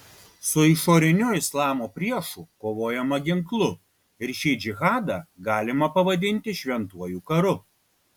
su išoriniu islamo priešu kovojama ginklu ir šį džihadą galima pavadinti šventuoju karu